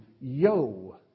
Yo